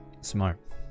Smart